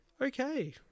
okay